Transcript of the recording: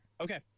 Okay